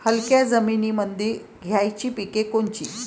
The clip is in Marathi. हलक्या जमीनीमंदी घ्यायची पिके कोनची?